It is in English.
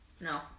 No